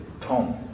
Tom